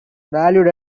valued